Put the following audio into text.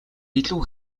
илүү